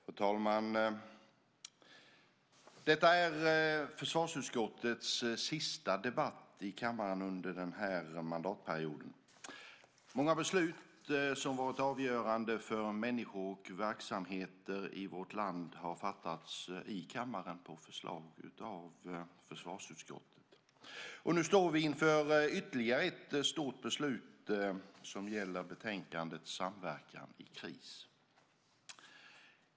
Fru talman! Detta är försvarsutskottets sista debatt i kammaren under denna mandatperiod. Många beslut som har varit avgörande för människor och verksamheter i vårt land har fattats i kammaren på förslag av försvarsutskottet. Nu står vi inför ytterligare ett stort beslut, som gäller betänkandet Samverkan i kris .